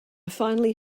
finally